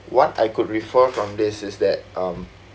what I could refer from this is that um